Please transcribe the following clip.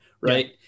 Right